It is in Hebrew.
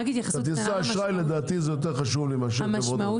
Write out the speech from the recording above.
כרטיסי האשראי זה יותר חשוב לי מאשר חברות